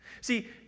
See